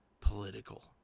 Political